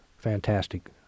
fantastic